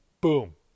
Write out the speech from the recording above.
Boom